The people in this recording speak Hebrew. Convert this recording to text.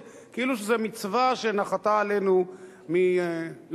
כאילו שזו מצווה שנחתה עלינו מלמעלה,